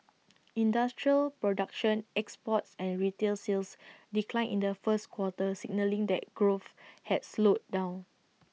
industrial production exports and retail sales declined in the first quarter signalling that growth had slowed down